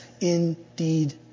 indeed